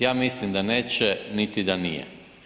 Ja mislim da neće, niti da nije.